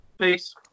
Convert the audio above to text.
peace